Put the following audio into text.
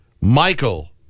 Michael